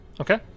Okay